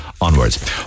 onwards